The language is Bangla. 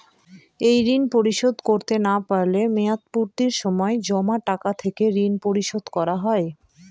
এই ঋণ পরিশোধ করতে না পারলে মেয়াদপূর্তির সময় জমা টাকা থেকে ঋণ পরিশোধ করা হয়?